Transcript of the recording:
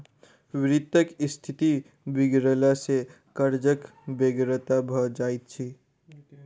वित्तक स्थिति बिगड़ला सॅ कर्जक बेगरता भ जाइत छै